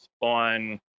on